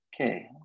Okay